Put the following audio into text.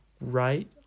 right